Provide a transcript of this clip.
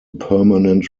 permanent